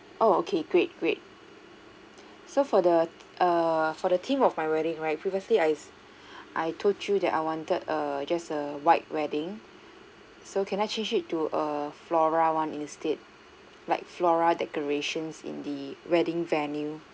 oh okay great great so for the err for the theme of my wedding right previously I I told you that I wanted a just a white wedding so can I just change it to a flora one instead like flora decorations in the wedding venue